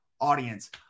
audience